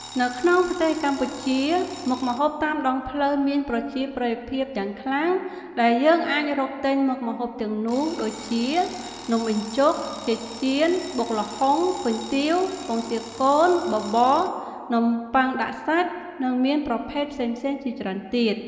នៅក្នុងប្រទេសកម្ពុជា មុខម្ហូបតាមដងផ្លូវមានប្រជាប្រិយភាពយ៉ាងខ្លាំង ហើយយើងអាចរកទិញមុខម្ហូបទាំងនោះដូចជា៖ នំបញ្ចុក ចេកចៀន បុកល្ហុង គុយទាវ ពងទាកូន បបរ នំប៉័ងដាក់សាច់ និងមានប្រភេទផ្សេងៗជាច្រើនទៀត។